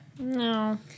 No